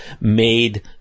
made